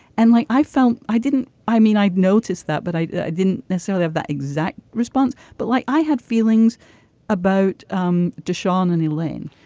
and like i felt i didn't. i mean i noticed that but i i didn't necessarily have that exact response but like i had feelings about um deshawn and elaine.